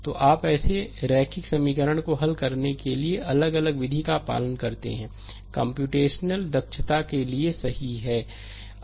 तो आप ऐसे रैखिक समीकरणों को हल करने के लिए अलग अलग विधि का पालन करते हैं कम्प्यूटेशनल दक्षता के लिए सही है